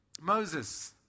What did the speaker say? Moses